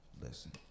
listen